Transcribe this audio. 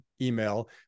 email